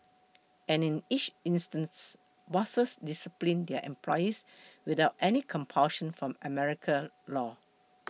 and in each instance bosses disciplined their employees without any compulsion from American law